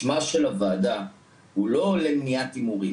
שמה של הוועדה הוא לא למניעת הימורים,